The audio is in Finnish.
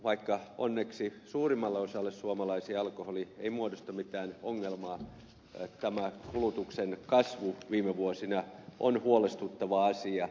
vaikka onneksi suurimmalle osalle suomalaisista alkoholi ei muodosta mitään ongelmaa kulutuksen kasvu viime vuosina on huolestuttava asia